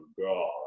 God